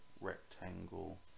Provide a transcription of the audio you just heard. rectangle